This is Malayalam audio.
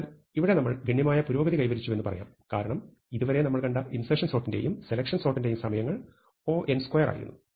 അതിനാൽ ഇവിടെ നമ്മൾ ഗണ്യമായ പുരോഗതി കൈവരിച്ചുവെന്ന് പറയാം കാരണം ഇതുവരെ നമ്മൾ കണ്ട ഇൻസെർഷൻ സോർട്ടിന്റെയും സെലെക്ഷൻ സോർട്ടിന്റെയും സമയങ്ങൾ O ആയിരുന്നു